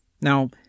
Now